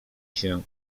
się